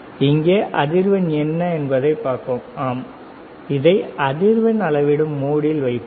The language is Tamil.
எனவே இங்கே அதிர்வெண் என்ன என்பதைப் பார்ப்போம் ஆம் இதை அதிர்வெண் அளவிடும் மோடில் வைப்போம்